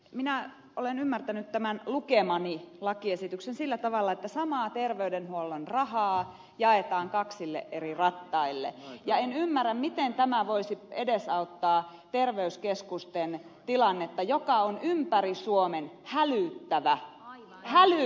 minä olen ymmärtänyt tämän lukemani lakiesityksen sillä tavalla että samaa terveydenhuollon rahaa jaetaan kaksille eri rattaille ja en ymmärrä miten tämä voisi edesauttaa terveyskeskusten tilannetta joka on ympäri suomen hälyttävä